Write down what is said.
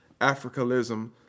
Africanism